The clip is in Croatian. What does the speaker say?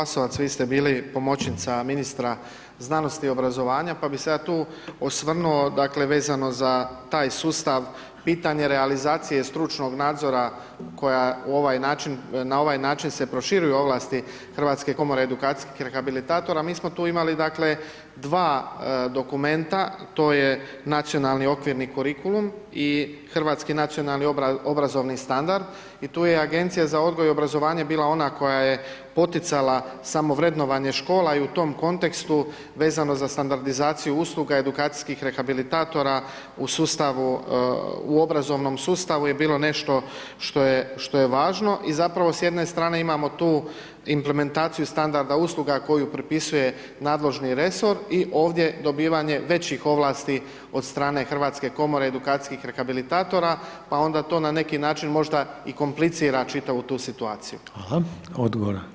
Uvažena Glasovac vi ste bili pomoćnica ministra znanosti i obrazovanja, pa bi se ja tu osvrnuo dakle vezano za taj sustav, pitanje realizacije stručnog nadzor koja u ovaj način, na ovaj način se proširuju ovlasti Hrvatske komore edukacijskih rehabilitatora mi smo tu imali dakle dva dokumenta, to je Nacionalni okvirni kurikulum i Hrvatski nacionalni obrazovni standard i tu je Agencija za odgoj i obrazovanje bila ona koje je poticala samo vrednovanje škola i u tom kontekstu vezano za standardizaciju usluga edukacijskih rehabilitatora u sustavu u obrazovnom sustavu je bilo nešto što je važno i zapravo s jedne strane imamo tu implementaciju standarda usluga koju propisuje nadležni resori i ovdje dobivanje većih ovlasti od strane Hrvatske komore edukacijskih rehabilitatora, pa onda to na neki način možda i komplicira čitavu tu situaciju.